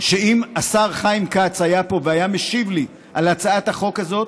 שאם השר חיים כץ היה פה והיה משיב לי על הצעת החוק הזאת,